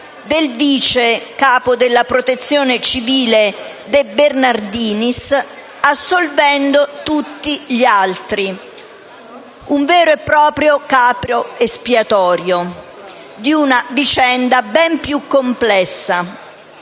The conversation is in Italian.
del vice capo della Protezione civile, De Bernardinis, assolvendo tutti gli altri. Un vero e proprio capro espiatorio di una vicenda ben più complessa,